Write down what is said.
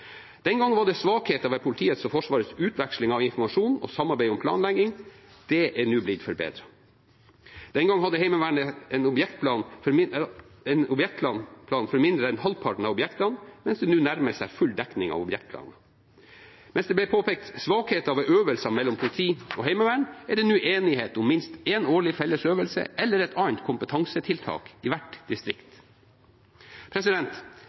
Den gang var det svakheter ved politiets og Forsvarets utveksling av informasjon og samarbeid om planlegging. Det er nå blitt forbedret. Den gang hadde Heimevernet en objektplan for mindre enn halvparten av objektene, mens det nå nærmer seg full dekning av objektplanen. Mens det ble påpekt svakheter ved øvelser mellom politi og heimevern, er det nå enighet om minst én årlig felles øvelse eller et annet kompetansetiltak i hvert